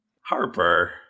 Harper